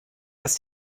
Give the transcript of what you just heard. das